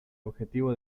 objetivo